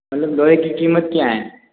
मतलब लोहे की कीमत क्या है